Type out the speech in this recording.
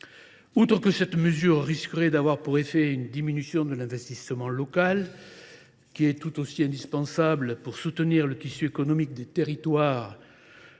Outre que cette mesure risquerait d’avoir pour effet une diminution de l’investissement local, qui est indispensable autant pour soutenir le tissu économique des territoires